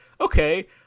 okay